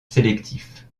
sélectif